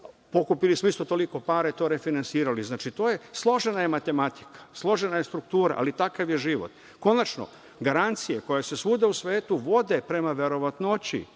pokupili smo isto toliko para i to refinansirali. Znači, složena je matematika, složena je struktura, ali, takav je život. Konačno, garancije koje se svuda u svetu vode prema verovatnoći